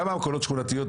איזה 100 מכולות שכונתיות,